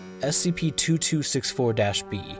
SCP-2264-B